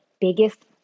biggest